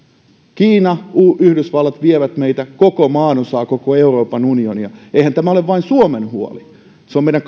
kiina ja yhdysvallat vievät meitä koko maanosaa koko euroopan unionia eihän tämä ole vain suomen huoli vaan se on meidän